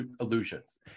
illusions